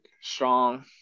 strong